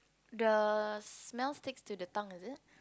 the smell takes to the tongue is it